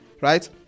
right